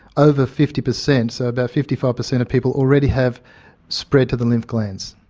over fifty percent, so about fifty five percent of people already have spread to the lymph glands.